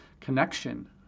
connection